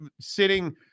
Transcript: sitting